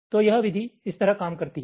तो यह विधि इस तरह काम करती है